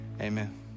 Amen